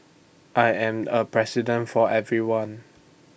I am A president for everyone